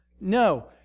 No